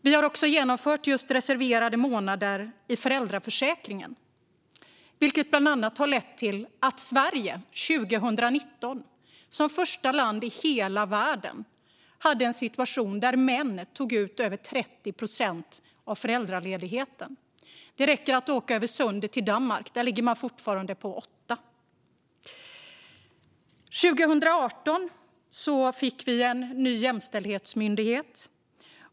Vi har också genomfört reserverade månader i föräldraförsäkringen, vilket bland annat har lett till att Sverige 2019, som första land i hela världen, hade en situation där män tog ut över 30 procent av föräldraledigheten. Det räcker att åka över sundet till Danmark; där ligger man fortfarande på 8 procent. År 2018 fick vi en ny jämställdhetsmyndighet.